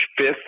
fifth